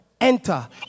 enter